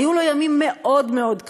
היו לו ימים קשים מאוד מאוד.